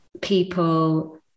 people